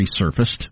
resurfaced